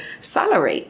salary